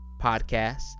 podcasts